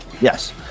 Yes